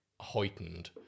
heightened